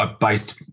based